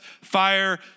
Fire